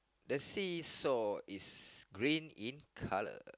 the see saw is green in colour